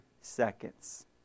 seconds